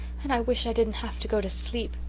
and i wish i didn't have to go to sleep.